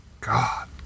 God